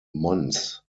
months